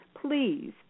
please